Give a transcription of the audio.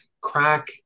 crack